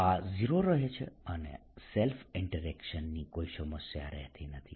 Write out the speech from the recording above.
આ 0 રહે છે અને સેલ્ફ ઈન્ટરેક્શન ની કોઈ સમસ્યા રહેતી નથી